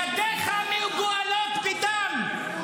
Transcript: ידיך מגואלות בדם.